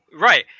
Right